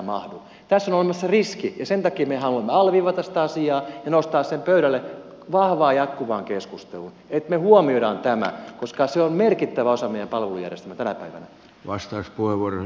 tässä on olemassa riski ja sen takia me haluamme alleviivata sitä asiaa ja nostaa sen pöydälle vahvaan jatkuvaan keskusteluun että me huomioimme tämän koska se on merkittävä osa meidän palvelujärjestelmää tänä päivänä